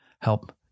Help